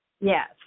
Yes